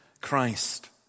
Christ